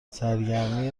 سرگرمی